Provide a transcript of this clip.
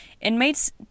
Inmates